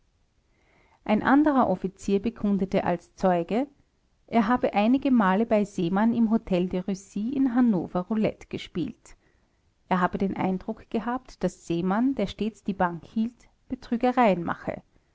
ein anderer offizier bekundete als zeuge er habe einige male bei seemann im hotel de russie in hannover roulette gespielt er habe den eindruck gehabt daß seemann der stets die bank hielt betrügereien mache